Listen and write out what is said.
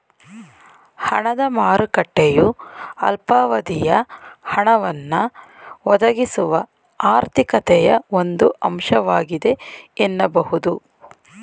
ಹಣದ ಮಾರುಕಟ್ಟೆಯು ಅಲ್ಪಾವಧಿಯ ಹಣವನ್ನ ಒದಗಿಸುವ ಆರ್ಥಿಕತೆಯ ಒಂದು ಅಂಶವಾಗಿದೆ ಎನ್ನಬಹುದು